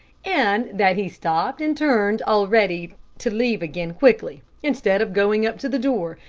and that he stopped and turned already to leave again quickly, instead of going up to the door,